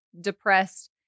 depressed